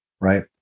right